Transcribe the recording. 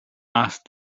asked